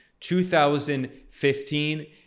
2015